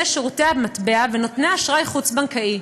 שירותי מטבע ונותני אשראי חוץ-בנקאי.